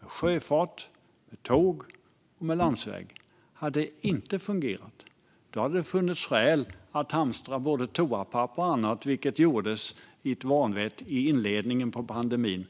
sjöfart, tåg och landsväg - hade det funnits skäl att hamstra både toapapper och annat, vilket gjordes i ett vanvett i inledningen av pandemin.